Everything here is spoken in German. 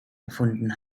erfunden